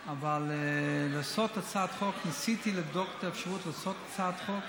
אבל ניסיתי לבדוק את האפשרות לעשות הצעת חוק